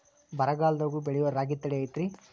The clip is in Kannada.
ಬರಗಾಲದಾಗೂ ಬೆಳಿಯೋ ರಾಗಿ ತಳಿ ಐತ್ರಿ?